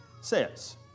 says